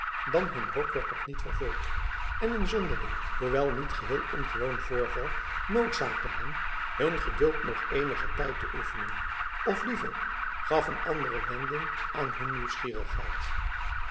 dan hun hoop werd nog niet vervuld en een zonderling hoewel niet geheel ongewoon voorval noodzaakte hen hun geduld nog eenigen tijd te oefenen of liever gaf een andere wending aan hun nieuwsgierigheid